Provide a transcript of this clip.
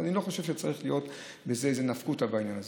אני לא חושב שצריך להיות איזה נפקותא בעניין הזה.